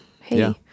Hey